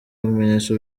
bimenyetso